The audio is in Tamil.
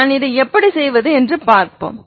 நான் இதை எப்படி செய்வது என்று பார்ப்போம்